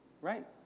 right